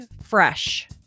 fresh